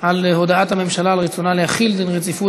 על הודעת הממשלה על רצונה להחיל דין רציפות